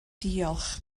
diolch